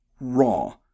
Raw